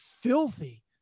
filthy